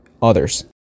others